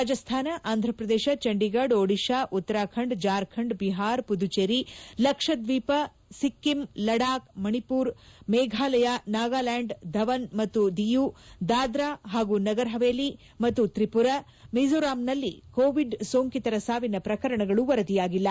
ರಾಜಸ್ವಾನ ಆಂಧ್ರಪ್ರದೇಶ ಚಂಡೀಗಢ ಒಡಿಶಾ ಉತ್ತರಾಖಂಡ ಜಾರ್ಖಂಡ್ ಬಿಹಾರ ಪುದುಚೇರಿ ಲಕ್ಷದ್ನೀಪ ಸಿಕ್ಕಿಂ ಲಡಾಖ್ ಮಣಿಪುರ ಮೇಫಾಲಯ ನಾಗಾಲ್ನಾಂಡ್ ದಮನ್ ಮತ್ತು ಡಿಯು ದಾದ್ರಾ ಮತ್ತು ನಗರ ಹವೇಲಿ ಮತ್ತು ತ್ರಿಪುರ ಮಿಜೋರಾಂನಲ್ಲಿ ಕೋವಿಡ್ ಸೋಂಕಿತರ ಸಾವಿನ ಪ್ರಕರಣಗಳು ವರದಿಯಾಗಿಲ್ಲ